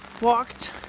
walked